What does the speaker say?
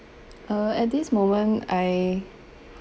err at this moment I